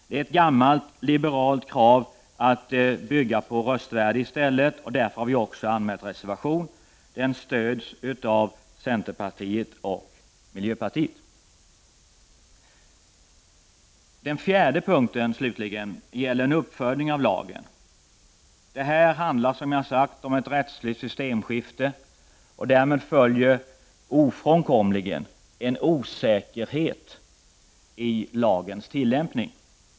Det är ett gammalt liberalt krav att utgå från röstvärdet i stället. Därför har vi också reserverat oss. Vår reservation stöds av centerpartiet och miljöpartiet. Den fjärde punkten, slutligen, gäller en uppföljning av lagen. Det handlar, som jag har sagt, om ett rättsligt systemskifte. Därmed följer ofrånkomligen en osäkerhet i lagens tillämpning.